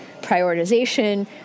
prioritization